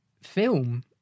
film